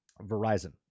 Verizon